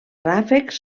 ràfecs